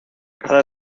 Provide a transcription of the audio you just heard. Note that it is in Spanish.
cada